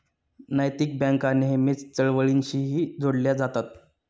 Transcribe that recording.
नैतिक बँका नेहमीच चळवळींशीही जोडल्या जातात